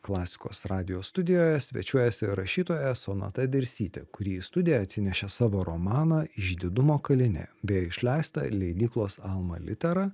klasikos radijo studijoje svečiuojasi rašytoja sonata dirsytė kuri į studiją atsinešė savo romaną išdidumo kalinė beje išleistą leidyklos alma littera